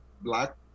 Black